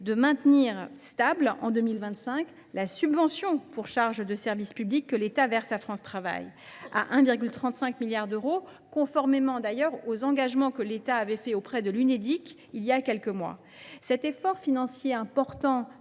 de maintenir stable, en 2025, la subvention pour charges de service public que l’État verse à France Travail, à hauteur de 1,35 milliard d’euros, conformément d’ailleurs aux engagements que l’État avait pris auprès de l’Unédic il y a quelques mois. Cet important